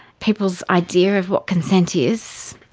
people's idea of what consent is,